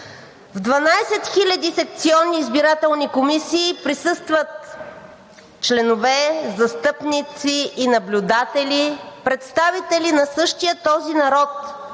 В 12 хиляди секционни избирателни комисии присъстват членове, застъпници и наблюдатели – представители на същия този народ,